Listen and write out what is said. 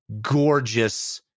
gorgeous